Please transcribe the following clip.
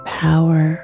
power